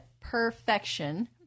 Perfection